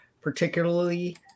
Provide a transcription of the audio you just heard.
particularly